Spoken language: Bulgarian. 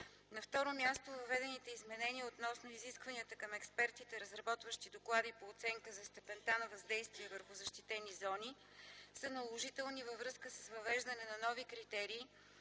На второ място, въведените изменения относно изискванията към експертите, разработващи доклади по оценка за степента на въздействие върху защитени зони, са наложителни във връзка с въвеждане на нови критерии